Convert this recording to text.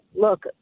look